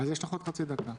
יש לך עוד חצי דקה.